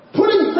putting